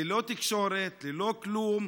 ללא תקשורת, ללא כלום.